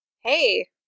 hey